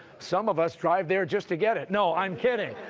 some of us drive there just to get it. no, i'm kidding,